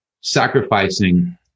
sacrificing